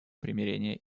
примирения